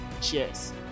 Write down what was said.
Cheers